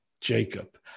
Jacob